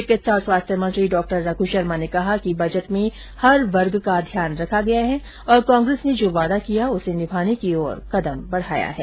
चिकित्सा और स्वास्थ्य मंत्री डॉ रघु शर्मा ने कहा कि बजट में हर वर्ग का ध्यान रखा गया है और कांग्रेस ने जो वादा किया उसे निभाने की ओर कदम बढाया है